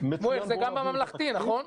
--- שמואל, זה גם בממלכתי, נכון?